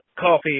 coffee